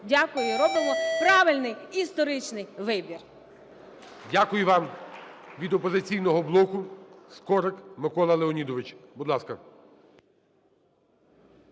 Дякую. Робимо правильний історичний вибір. ГОЛОВУЮЧИЙ. Дякую вам. Від "Опозиційного блоку" Скорик Микола Леонідович. Будь ласка.